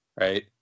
right